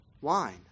wine